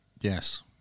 Yes